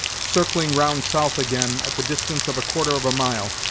circling round south again, at the distance of a quarter of a mile,